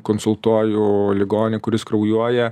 konsultuoju ligonį kuris kraujuoja